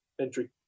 entry